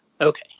Okay